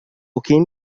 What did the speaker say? كِن